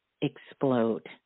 explode